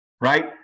Right